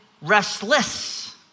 Restless